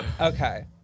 Okay